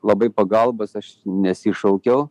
labai pagalbos aš nesišaukiau